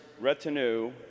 retinue